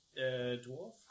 dwarf